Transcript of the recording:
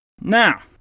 Now